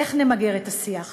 איך נמגר את השיח הזה?